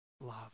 love